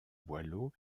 boileau